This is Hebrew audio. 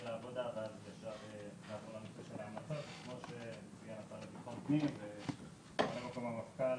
לביטחון פנים וממלא מקום המפכ"ל